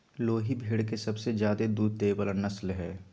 लोही भेड़ के सबसे ज्यादे दूध देय वला नस्ल हइ